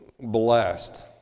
blessed